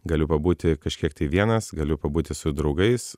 galiu pabūti kažkiek tai vienas galiu pabūti su draugais